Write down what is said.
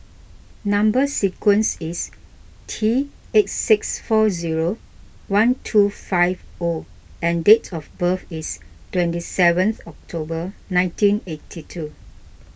Number Sequence is T eight six four zero one two five O and date of birth is twenty seventh October nineteen eighty two